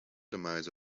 demise